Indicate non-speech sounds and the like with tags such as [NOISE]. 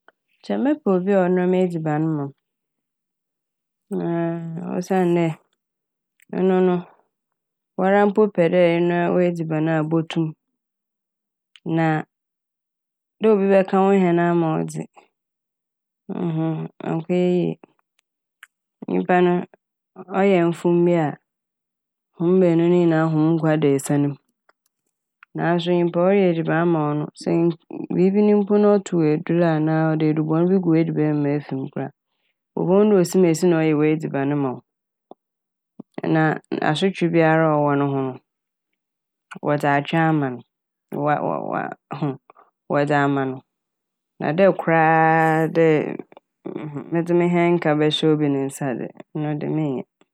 [HESITATION] Nkyɛ mɛpɛ obi a ɔnoa m'edziban ma m' naa osiandɛ ɔno no wara mpo pɛ dɛ enoa w'edziban a botum na dɛ obi bɛka wo hɛn ama wo dze [HESITATION] ɔnnkɛyɛ yie. Nyimpa no ɔyɛ mfom bi a hom beenu ne nyinaa hom nkwa da esian ne mu. Naaso nyimpa a ɔreyɛ edziban ama wo no sɛ - in cas- biibi nyi na ɔto wo edur anaa ɔde edubɔn bi gu w'ediban mu ma ifi mu koraa a wobohu dɛ osimesi na ɔyɛ w'edziban ma wo na a asotwe biara a ɔwɔ ne hɔ no wɔdze atwe ama n', wa-wa [HESITATION] wɔdze ama no na dɛ koraa dɛ [HESITATION] medze me hɛnka bɛhyɛ obi ne nsa dze ne de mennyɛ.